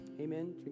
Amen